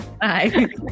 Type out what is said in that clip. Bye